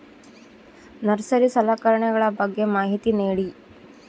Nursery ಸಲಕರಣೆಗಳ ಬಗ್ಗೆ ಮಾಹಿತಿ ನೇಡಿ?